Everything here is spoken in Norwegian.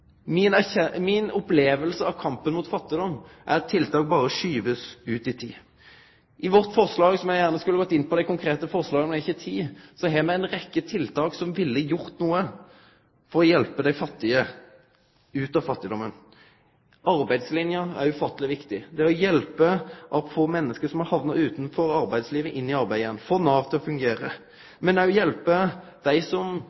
av kampen mot fattigdom er at tiltak berre blir skuva ut i tid. I vårt forslag – eg skulle gjerne gått inn på dei konkrete forslaga, men det er det ikkje tid til – har me ei rekkje tiltak som ville gjort noko for å hjelpe dei fattige ut av fattigdomen. Arbeidslinja er ufatteleg viktig – det å få menneske som har hamna utanfor arbeidslivet, inn i arbeid igjen, få Nav til å fungere. Men me må òg hjelpe dei som